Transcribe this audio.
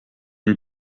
une